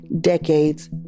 decades